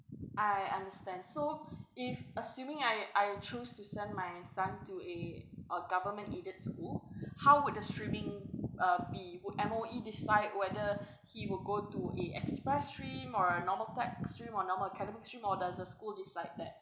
I understand so if assuming I I choose to send my son to a a government aided school how would the streaming uh be would M_O_E decide whether he would go to a express stream or a normal type stream or normal academic stream or does the school decide that